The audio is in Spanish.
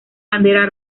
bandera